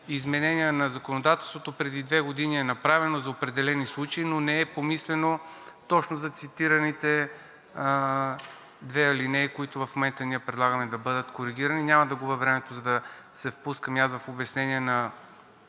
изменения на законодателството преди две години е направено за определени случаи, но не е помислено точно за цитираните две алинеи, които в момента ние предлагаме да бъдат коригирани. Няма да губя времето, за да се впускам и аз в обяснения на